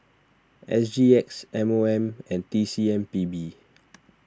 S G X M O M and T C M P B